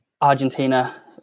Argentina